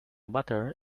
butter